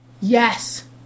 Yes